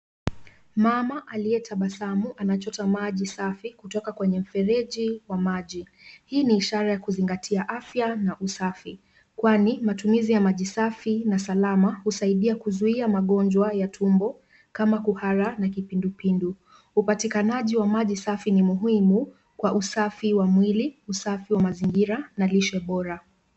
Mama aliyetabasamu anachota maji safi kutoka kwenye mfereji wa maji. Hii ni ishara ya kuzingatia afya na usafi kwani matumizi ya maji safi na salama husaidia kuzuia magonjwa ya tumbo kama kuhara na kipindupindu .Upatikanaji wa maji safi ni muhimu kwa usafi wa mwili, usafi wa mazingira na lishe bora.